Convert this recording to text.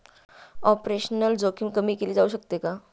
Operational जोखीम कमी केली जाऊ शकते का?